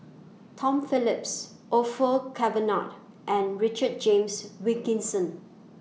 Tom Phillips Orfeur Cavenagh and Richard James Wilkinson